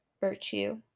virtue